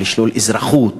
ולשלול אזרחות